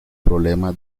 problema